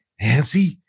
Nancy